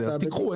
קחו,